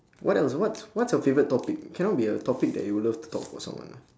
what else what's what's your favorite topic cannot be a topic that you would love to talk about someone ah